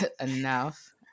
enough